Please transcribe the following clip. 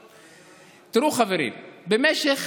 תראו, חברים, במשך